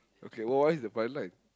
okay wh~ what is the fine line